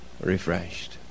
refreshed